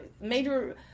major